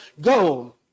go